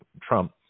Trump